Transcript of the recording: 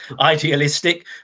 idealistic